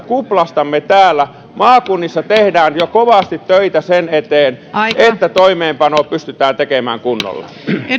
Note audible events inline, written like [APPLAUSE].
[UNINTELLIGIBLE] kuplastamme täällä maakunnissa tehdään jo kovasti töitä sen eteen että toimeenpano pystytään tekemään kunnolla